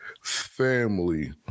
family